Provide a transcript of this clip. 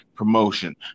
promotion